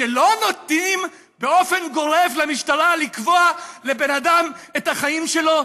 שלא נותנים באופן גורף למשטרה לקבוע לבן אדם את החיים שלו?